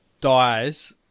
dies